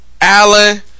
Allen